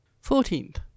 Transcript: Fourteenth